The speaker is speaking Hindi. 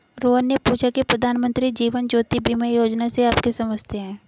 रोहन ने पूछा की प्रधानमंत्री जीवन ज्योति बीमा योजना से आप क्या समझते हैं?